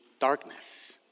darkness